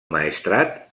maestrat